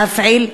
להפעיל,